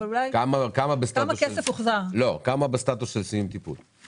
כמה בסטטוס של סיום טיפול?